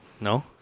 no